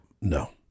No